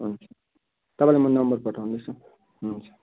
हुन्छ तपाईँलाई म नम्बर पठाउँदैछु हुन्छ